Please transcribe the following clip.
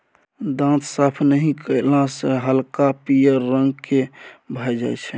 दांत साफ नहि कएला सँ हल्का पीयर रंग केर भए जाइ छै